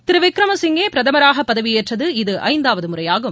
திரு வின்மசிங்கே பிரதமராக பதவியேற்றது இது ஐந்தாவது முறையாகும்